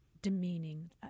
demeaning